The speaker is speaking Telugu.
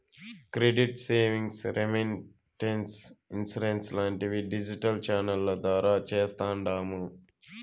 క్రెడిట్ సేవింగ్స్, రెమిటెన్స్, ఇన్సూరెన్స్ లాంటివి డిజిటల్ ఛానెల్ల ద్వారా చేస్తాండాము